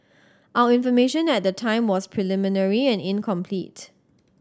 our information at the time was preliminary and incomplete